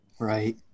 Right